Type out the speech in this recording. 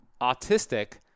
autistic